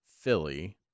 Philly